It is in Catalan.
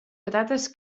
patates